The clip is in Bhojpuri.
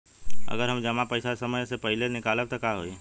अगर हम जमा पैसा समय से पहिले निकालब त का होई?